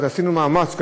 עשינו מאמץ,